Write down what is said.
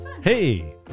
Hey